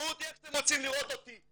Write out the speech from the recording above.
תראו אותי איך שאתם רוצים לראות אותי.